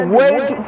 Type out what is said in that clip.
wait